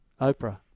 Oprah